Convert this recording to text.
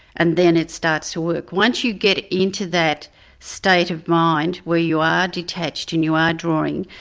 and then it starts to work. once you get into that state of mind where you are detached and you are drawing,